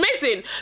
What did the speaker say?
amazing